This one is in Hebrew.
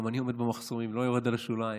גם אני עומד במחסומים, לא יורד אל השוליים.